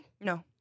No